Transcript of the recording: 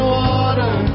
water